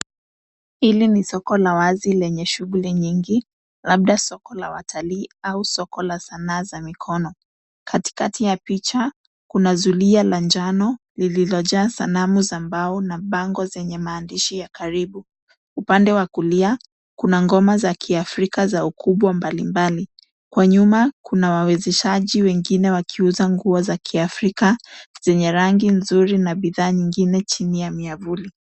Hili ni soko la wazi lenye shuguli nyingi, labda soko la watali au soko la sana za mikono. Katikati ya picha, kuna zulia la njano lililojaa sanamu za mbao na bango zenye maandishi ya karibu. Upande wakulia, kuna ngoma za kiafrika za ukubwa mbalimbali. Kwa nyuma, kuna wawezeshaji wengine wakiuza nguo za kiafrika zenye rangi nzuri na bidhaa nyingine chini ya miavuli.